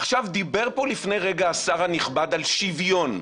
דיבר פה לפני רגע השר הנכבד על שוויון,